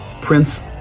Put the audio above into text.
prince